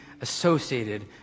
associated